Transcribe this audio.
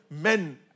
men